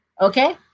Okay